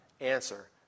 answer